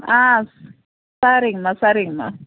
ஆ சரிங்கம்மா சரிங்கம்மா